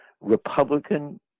Republican